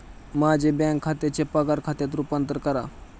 माझे बँक खात्याचे पगार खात्यात रूपांतर करा